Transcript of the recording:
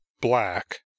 black